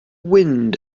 wind